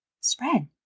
spread